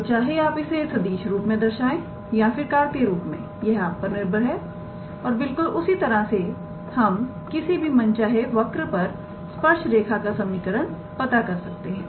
तो चाहे आप इसे सदिश रूप में दर्शाए या फिर कार्तीय रूप में यह आप पर निर्भर है और बिल्कुल उसी तरह से हम किसी भी मन चाहे वक्र पर स्पर्श रेखा का समीकरण पता कर सकते हैं